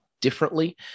differently